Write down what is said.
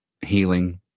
healing